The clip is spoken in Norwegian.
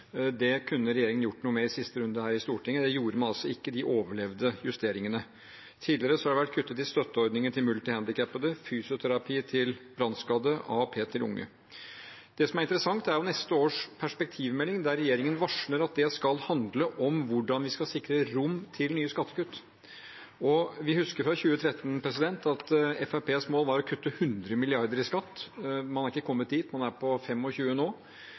Det kunne regjeringen gjort noe med i siste runde her i Stortinget, men det gjorde man altså ikke – de overlevde justeringene. Tidligere har det vært kuttet i støtteordningene til multihandikappede, i fysioterapi til brannskadde og i AAP til unge. Det som er interessant, er neste års perspektivmelding, der regjeringen varsler at det skal handle om hvordan vi skal sikre rom for nye skattekutt. Vi husker fra 2013 at Fremskrittspartiets mål var å kutte 100 mrd. kr i skatt. Man har ikke kommet dit – man er på 25 mrd. kr nå.